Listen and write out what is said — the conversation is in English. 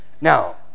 Now